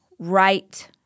right